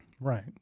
Right